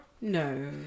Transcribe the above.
No